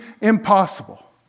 impossible